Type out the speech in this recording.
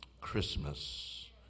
Christmas